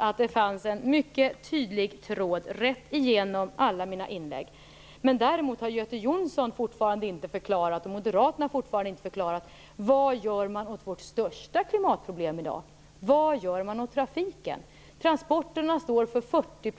Jag vet inte vad det berodde på. Däremot har Göte Jonsson och Moderaterna fortfarande inte förklarat vad man gör åt vårt största klimatproblem i dag. Vad gör man åt trafiken? Transporterna står för 40